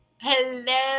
Hello